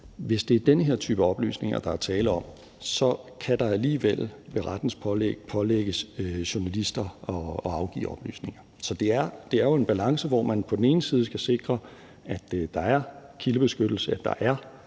hvis det er den her type oplysninger, der er tale om, kan det alligevel ved rettens pålæg pålægges journalister at afgive oplysninger. Så det er jo en balance, hvor man på den ene side skal sikre, at der er kildebeskyttelse, og at